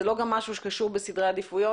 זה לא גם משהו שקשור בסדרי עדיפויות?